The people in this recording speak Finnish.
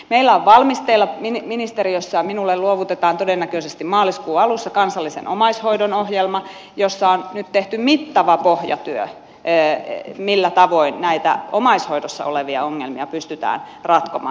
meillä on valmisteilla ministeriössä ja minulle luovutetaan todennäköisesti maaliskuun alussa kansallisen omaishoidon ohjelma jossa on nyt tehty mittava pohjatyö siinä millä tavoin näitä omaishoidossa olevia ongelmia pystytään ratkomaan